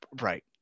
right